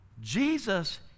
Jesus